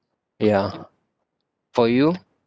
yeah for you